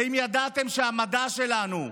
האם ידעתם שהמדע שלנו,